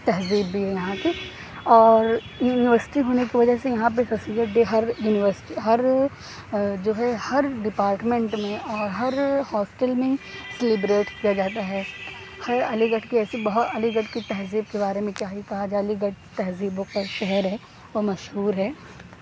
تہذیب بھی یہاں کی اور یونیورسٹی ہونے کی وجہ سے یہاں پہ سر سید ڈے ہر یونیورسٹی ہر جو ہے ہر ڈیپارٹمنٹ میں اور ہر ہاسٹل میں سلیبریٹ کیا جاتا ہے خیر علی گڑھ کی ایسی بہت علی گڑھ کی تہذیب کے بارے میں کیا ہی کہا جائے علی گڑھ تہذیبوں کا شہر ہے وہ مشہور ہے